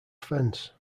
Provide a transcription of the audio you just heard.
fence